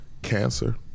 cancer